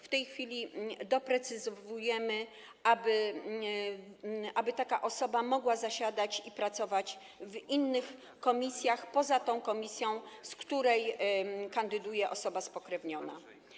W tej chwili doprecyzowujemy, aby taka osoba mogła zasiadać i pracować w innych komisjach poza tą komisją, z której kandyduje osoba spokrewniona.